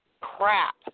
crap